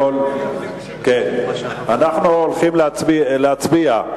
אנחנו הולכים להצביע.